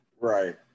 right